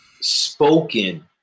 spoken